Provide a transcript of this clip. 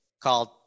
called